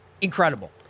Incredible